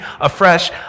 afresh